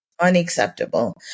Unacceptable